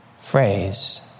phrase